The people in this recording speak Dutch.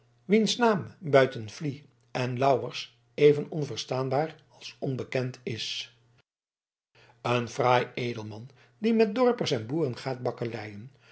wiens naam buiten flie en lauwers even onverstaanbaar als onbekend is een fraai edelman die met dorpers en boeren gaat bakkeleien